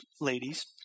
ladies